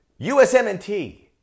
USMNT